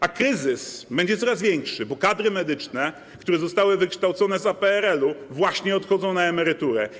A kryzys będzie coraz większy, bo kadry medyczne, które zostały wykształcone za PRL, właśnie odchodzą na emeryturę.